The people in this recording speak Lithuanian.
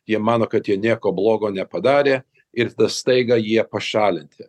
jie mano kad jie nieko blogo nepadarė ir staiga jie pašalinti